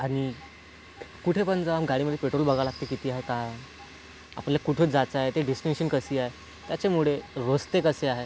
आणि कुठे पण जा आणि गाडीमध्ये पेट्रोल बघावं लागते किती आहे काय आपल्याला कुठं जायचं आहे ते डेस्टिनेशन कशी आहे याच्यामुळे रस्ते कसे आहे